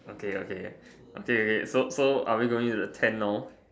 okay okay okay wait so so are we going to the tent now